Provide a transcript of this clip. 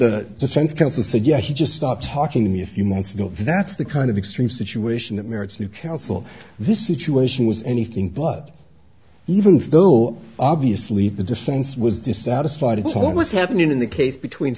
the defense counsel said yeah he just stopped talking to me a few months ago that's the kind of extreme situation that merits new counsel this situation was anything but even though obviously the defense was dissatisfied what was happening in the case between